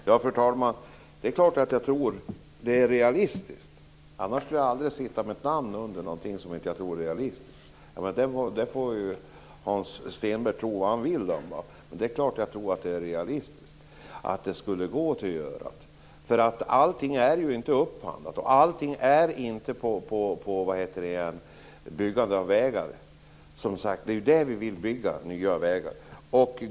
Fru talman! Det är klart att jag tror att det är realistiskt. Jag skulle aldrig sätta mitt namn under någonting som jag inte tror är realistiskt. Hans Stenberg får tro vad han vill, men det är klart att jag tror att det är realistiskt och att det skulle gå att göra detta. Allting är ju inte upphandlat, och allt gäller inte byggande av vägar. Det är ju nya vägar vi vill bygga.